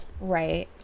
Right